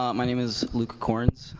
um my name is luke korns.